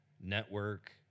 network